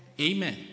Amen